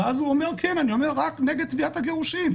"הסכמה כתובה"?